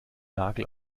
nagel